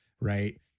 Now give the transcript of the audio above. right